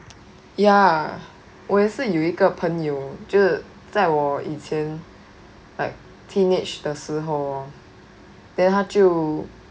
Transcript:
我也是有一个朋友就在我以前 like teenage 的时候 then 他就